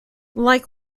like